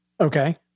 Okay